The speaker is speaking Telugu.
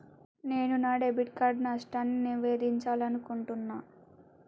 నేను నా డెబిట్ కార్డ్ నష్టాన్ని నివేదించాలనుకుంటున్నా